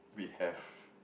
we have